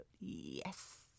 Yes